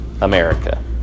America